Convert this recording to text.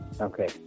Okay